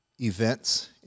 events